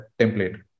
template